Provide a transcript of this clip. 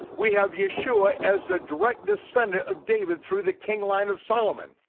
we have yeshua as the direct descendant of david through the king line of solomon.